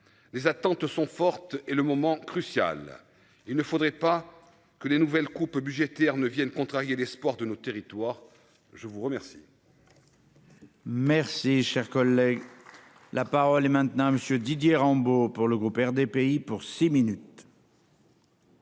Les attentes sont fortes et le moment crucial. Il ne faudrait pas que les nouvelles coupes budgétaires ne Vienne contrarier l'espoir de notre territoire. Je vous remercie.